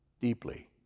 deeply